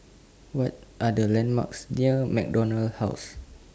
What Are The landmarks near MacDonald House